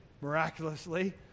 miraculously